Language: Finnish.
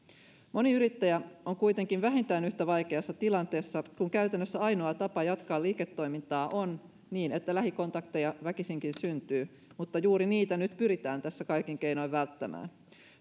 moni yrittäjä on kuitenkin vähintään yhtä vaikeassa tilanteessa kun käytännössä ainoa tapa jatkaa liiketoimintaa on niin että lähikontakteja väkisinkin syntyy mutta juuri niitä nyt pyritään tässä kaikin keinoin välttämään